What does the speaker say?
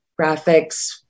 graphics